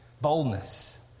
boldness